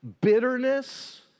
bitterness